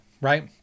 right